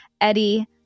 Eddie